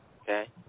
Okay